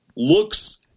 Looks